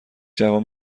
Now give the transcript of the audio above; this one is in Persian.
جوان